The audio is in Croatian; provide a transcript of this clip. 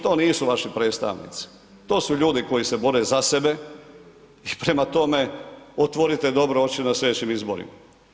To nisu vaši predstavnici, to su ljudi koji se bore za sebe i prema tome, otvorite dobro oči na sljedećim izborima.